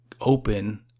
open